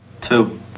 Two